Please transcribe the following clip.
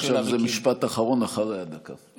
עכשיו זה משפט אחרון אחרי הדקה שכבר הוספתי.